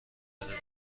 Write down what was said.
نفره